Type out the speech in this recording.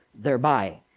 thereby